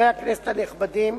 חברי הכנסת הנכבדים,